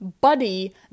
buddy